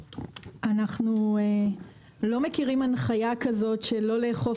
אנחנו לא מכירים הנחייה כזאת של לא לאכוף